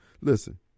Listen